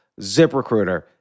ZipRecruiter